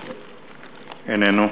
איננו.